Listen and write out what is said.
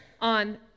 on